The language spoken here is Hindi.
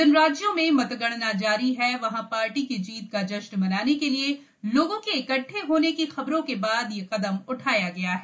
जिन राज्यों में मतगणना जारी है वहां पार्टी की जीत का जश्न मनाने के लिए लोगों के इकट्टे होने की खबरों के बाद यह कदम उठाया गया है